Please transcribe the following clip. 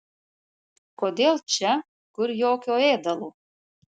kodėl čia kur jokio ėdalo